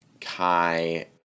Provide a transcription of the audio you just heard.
Kai